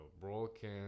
broken